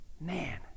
Man